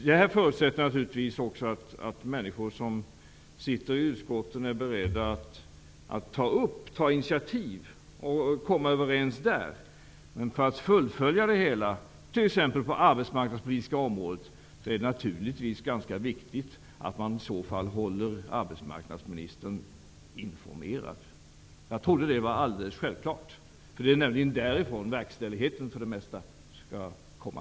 Det här förutsätter naturligtvis också att människor som sitter i utskotten är beredda att ta initiativ för att komma överens för att fullfölja det hela. T.ex. på arbetsmarknadspolitikens område är det naturligtvis ganska viktigt att man håller arbetsmarknadsministern informerad. Jag trodde att det var självklart. Det är nämligen från det hållet verkställigheten för det mesta skall komma.